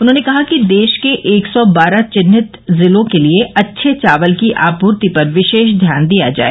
उन्होंने कहा कि देश के एक सौ बारह चिन्हित जिलों के लिए अच्छे चावल की आपूर्ति पर विशेष ध्यान दिया जाए